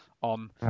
on